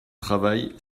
travail